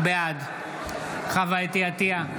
בעד חוה אתי עטייה,